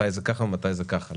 מתי זה ככה ומתי זה ככה?